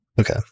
Okay